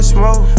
Smoke